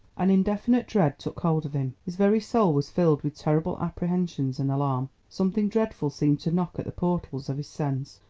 an indefinite dread took hold of him, his very soul was filled with terrible apprehensions and alarm. something dreadful seemed to knock at the portals of his sense,